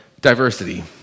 diversity